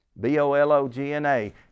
B-O-L-O-G-N-A